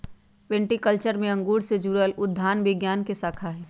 viticulture में अंगूर से जुड़ल उद्यान विज्ञान के शाखा हई